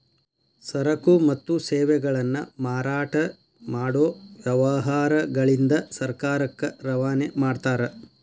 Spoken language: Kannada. ಸರಕು ಮತ್ತು ಸೇವೆಗಳನ್ನ ಮಾರಾಟ ಮಾಡೊ ವ್ಯವಹಾರಗಳಿಂದ ಸರ್ಕಾರಕ್ಕ ರವಾನೆ ಮಾಡ್ತಾರ